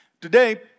Today